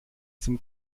sim